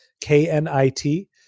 k-n-i-t